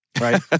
right